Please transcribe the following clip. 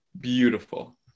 beautiful